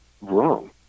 wrong